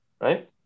right